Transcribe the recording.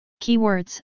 Keywords